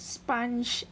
sponge